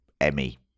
emmy